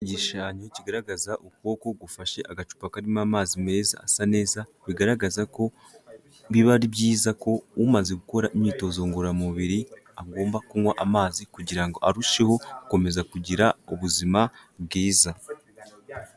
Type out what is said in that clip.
Igishushanyo kigaragaza ukuboko gufashe agacupa karimo amazi meza, asa neza, bigaragaza ko biba ari byiza ko umaze gukora imyitozo ngororamubiri agomba kunywa amazi kugira ngo arusheho gukomeza kugira ubuzima bwiza.